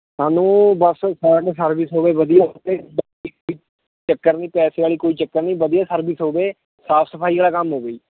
ਸਾਨੂੰ ਬਸ fast service ਹੋਵੇ ਵਧੀਆ ਹੋਵੇ ਚੱਕਰ ਨਹੀਂ ਪੈਸੇ ਵਾਲੀ ਕੋਈ ਚੱਕਰ ਨਹੀਂ ਵਧੀਆ ਸਰਵਿਸ ਹੋਵੇ ਸਾਫ਼ ਸਫ਼ਾਈ ਵਾਲਾ ਕੰਮ ਹੋਵੇ ਜੀ